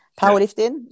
powerlifting